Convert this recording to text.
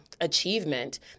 achievement